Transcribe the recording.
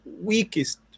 weakest